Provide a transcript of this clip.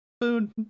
food